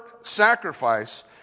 sacrifice